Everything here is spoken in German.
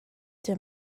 der